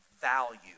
value